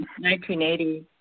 1980